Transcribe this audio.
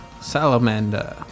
Salamander